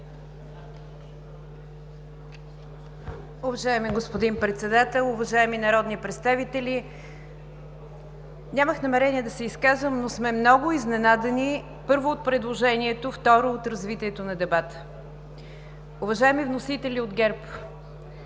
Уважаеми господин Председател, уважаеми народни представители! Нямах намерение да се изказвам, но сме много изненадани, първо, от предложението, второ, от развитието на дебата. Уважаеми вносители от ГЕРБ,